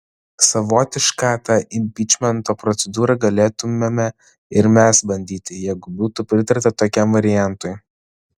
savotišką tą impičmento procedūrą galėtumėme ir mes bandyti jeigu būtų pritarta tokiam variantui